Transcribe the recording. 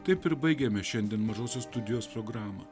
taip ir baigiame šiandien mažosios studijos programą